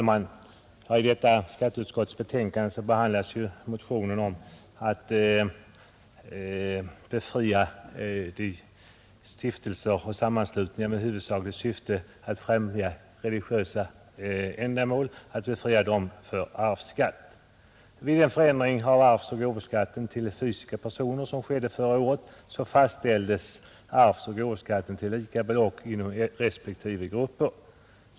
Herr talman! I detta betänkande behandlas motionen om att befria stiftelser och sammanslutningar med huvudsakligt syfte att främja religiösa ändamål från arvsskatt. Vid en förändring av arvsoch gåvobeskattningen för fysiska personer som genomfördes förra året fastställdes arvsoch gåvoskatten till lika belopp inom respektive grupper.